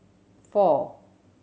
four